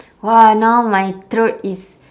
!wah! now my throat is